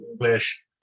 English